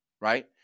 right